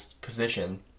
position